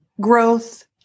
growth